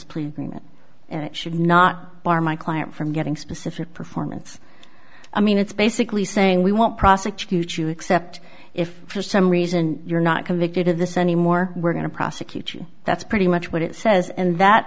plea and should not bar my client from getting specific performance i mean it's basically saying we won't prosecute you except if for some reason you're not convicted of this anymore we're going to prosecute you that's pretty much what it says and that